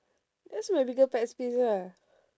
that's my biggest pet peeve ah